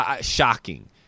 Shocking